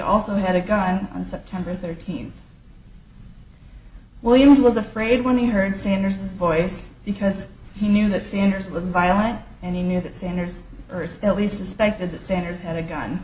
also had a gun on september thirteenth williams was afraid when he heard sanders voice because he knew that scene was violent and he knew that sanders first at least suspected that sanders had a gun